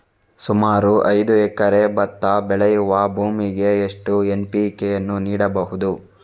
ಸುಮಾರು ಐದು ಎಕರೆ ಭತ್ತ ಬೆಳೆಯುವ ಭೂಮಿಗೆ ಎಷ್ಟು ಎನ್.ಪಿ.ಕೆ ಯನ್ನು ನೀಡಬಹುದು?